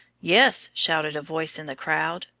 yes, shouted a voice in the crowd,